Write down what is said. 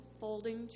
folding